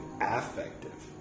affective